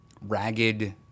ragged